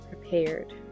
prepared